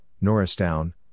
Norristown